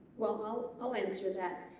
well well i'll answer that.